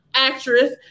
actress